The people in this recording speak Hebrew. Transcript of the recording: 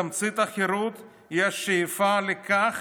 תמצית החירות היא השאיפה לכך,